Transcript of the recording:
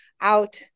out